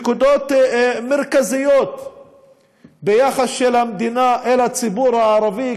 נקודות מרכזיות ביחס של המדינה אל הציבור הערבי,